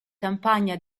campagna